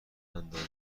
اندازه